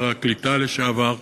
שר הקליטה לשעבר.